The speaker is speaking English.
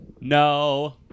No